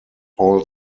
all